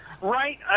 Right